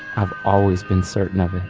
i've always been certain of it.